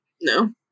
No